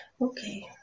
Okay